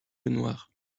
lenoir